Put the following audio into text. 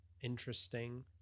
interesting